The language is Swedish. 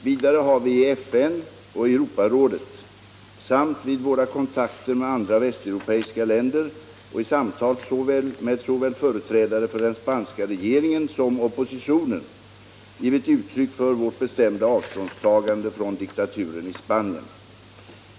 Vidare har vi i FN och Europarådet samt vid våra kontakter med andra västeuropeiska länder och i samtal med såväl företrädare för den spanska regeringen som oppositionen givit uttryck för vårt bestämda avståndstagande från diktaturen i Spanien.